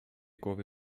głowy